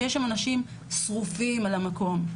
שיש שם אנשים שרופים על המקום,